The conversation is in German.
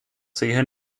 sehen